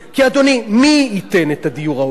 כי, אדוני, מי ייתן את הדיור ההולם?